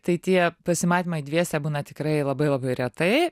tai tie pasimatymai dviese būna tikrai labai labai retai